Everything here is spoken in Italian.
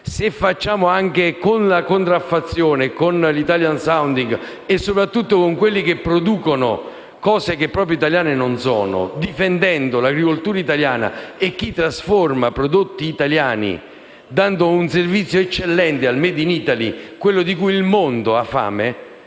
Se facciamo lo stesso con la contraffazione, con l'*italian sounding* e soprattutto con quelli che producono cose che proprio italiane non sono, difendendo l'agricoltura italiana e chi trasforma prodotti italiani, rendendo un servizio eccellente al *made in Italy* (quello di cui il mondo ha fame),